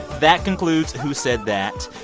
that concludes who said that.